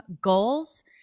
goals